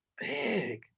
big